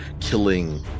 killing